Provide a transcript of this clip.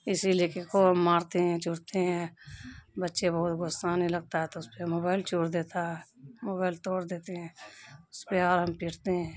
اسی لیے کہ خوب مارتے ہیں چورتے ہیں بچے بہت غصانے لگتا ہے تو اس پہ موبائل چور دیتا ہے موبائل توڑ دیتے ہیں اس پہ اور ہم پیٹتے ہیں